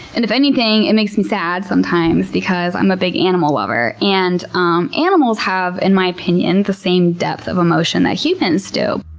and if anything it makes me sad sometimes, because i'm a big animal lover, and um animals have, in my opinion, the same depth of emotion that humans do.